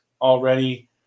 already